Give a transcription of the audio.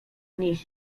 dni